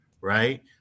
right